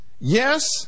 Yes